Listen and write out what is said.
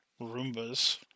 Roombas